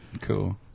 Cool